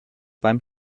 beim